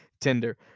tinder